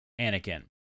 Anakin